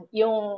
yung